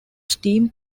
steam